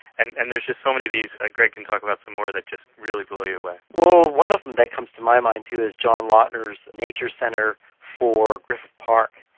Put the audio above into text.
and and there's just so many of these. ah greg can talk about some more that just really blow you away. well, one of them that comes to my mind too is john lautner's nature centre for griffith park.